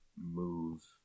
move